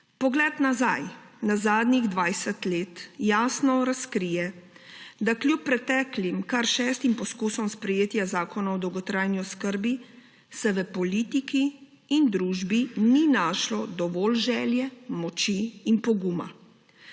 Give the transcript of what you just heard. Pogled nazaj na zadnjih 20 let jasno razkrije, da kljub preteklim kar šestim poskusom sprejetja zakona o dolgotrajni oskrbi se v politiki in družbi ni našlo dovolj želje, moči in poguma.